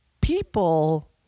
People